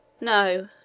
No